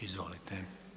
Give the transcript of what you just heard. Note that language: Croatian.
Izvolite.